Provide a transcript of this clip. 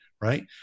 right